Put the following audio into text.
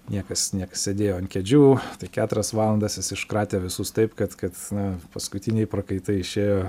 niekas nieks sėdėjo ant kėdžių tai keturias valandas jis iškratė visus taip kad kad na paskutiniai prakaitai išėjo